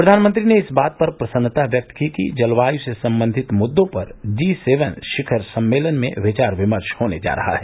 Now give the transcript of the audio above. प्रधानमंत्री ने इस बात पर प्रसन्नता व्यक्त की कि जलवायू से संबंधित मुद्दों पर जी सेवन शिखर सम्मेलन में विचार विमर्श होने जा रहा है